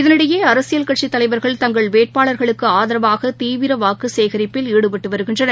இதனிடையே அரசியல் கட்சிதலைவர்கள் தங்கள் வேட்பாளர்களுக்குஆதரவாகதீவிரவாக்குசேகிப்பில் ஈடுபட்டுவருகின்றனர்